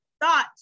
thought